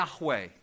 Yahweh